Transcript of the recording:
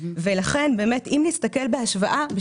ולכן אם נסתכל בהשוואה,